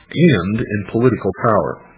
and in political power.